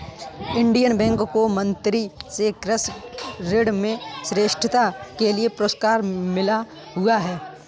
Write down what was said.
Indian Bank को मंत्री से कृषि ऋण में श्रेष्ठता के लिए पुरस्कार मिला हुआ हैं